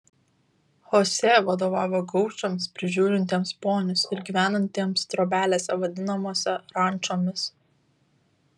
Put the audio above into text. chosė vadovavo gaučams prižiūrintiems ponius ir gyvenantiems trobelėse vadinamose rančomis